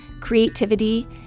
creativity